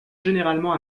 généralement